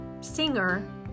singer